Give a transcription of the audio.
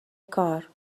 کار